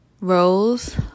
rose